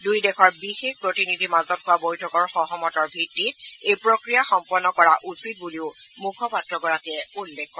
দুয়ো দেশৰ বিশেষ প্ৰতিনিধিৰ মাজত হোৱা বৈঠকৰ সহমতৰ ভিত্তিত এই প্ৰক্ৰিয়া সম্পন্ন কৰা উচিত বুলিও মুখপাত্ৰগৰাকীয়ে উল্লেখ কৰে